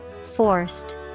forced